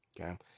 Okay